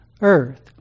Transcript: earth